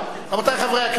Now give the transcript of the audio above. רבותי חברי הכנסת,